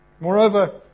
Moreover